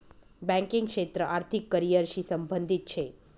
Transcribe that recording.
banking क्षेत्र आर्थिक career शी संबंधित शे